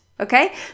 Okay